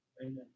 Amen